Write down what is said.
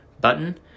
button